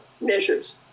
measures